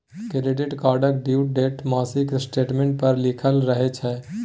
credit कार्डक due date मासिक statement पर लिखल रहय छै